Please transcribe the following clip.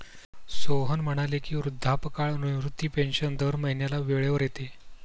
सोहन म्हणाले की, वृद्धापकाळ निवृत्ती पेन्शन दर महिन्याला वेळेवर येते